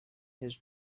his